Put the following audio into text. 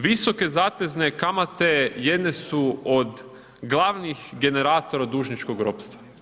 Visoke zatezne kamate jedne su od glavnih generatora dužničkog ropstva.